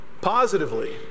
Positively